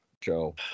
Joe